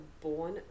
Born